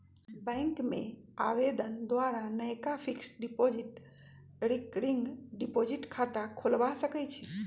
bank में आवेदन द्वारा नयका फिक्स्ड डिपॉजिट, रिकरिंग डिपॉजिट खता खोलबा सकइ छी